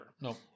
No